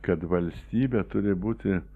kad valstybė turi būti